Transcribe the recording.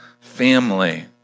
family